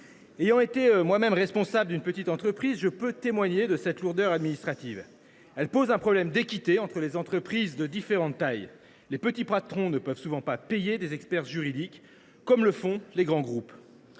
Ayant été moi même responsable d’une petite entreprise, je peux témoigner de cette lourdeur administrative. Ah ! Elle pose un problème d’équité entre les entreprises de différentes tailles : souvent, les petits patrons ne peuvent pas payer des experts juridiques, à la différence des grands groupes.